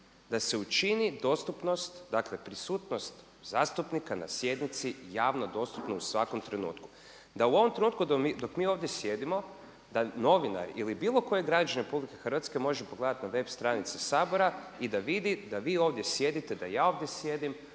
dakle prisutnost zastupnika na sjednici javno dostupnim u svakom trenutku. Da u ovom trenutku dok mi ovdje sjedimo da novinari ili bilo koji građanin RH može pogledati na web stranici Sabora i da vidi da vi ovdje sjedite, da ja ovdje sjedim,